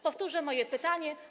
Powtórzę moje pytanie.